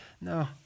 No